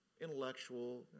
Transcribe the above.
intellectual